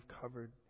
covered